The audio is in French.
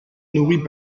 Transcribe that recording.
nourris